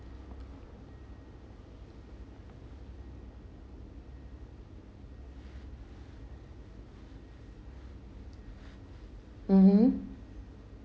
um